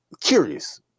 curious